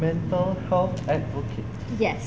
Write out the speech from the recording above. mental health advocate